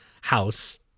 House